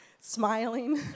smiling